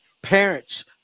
parents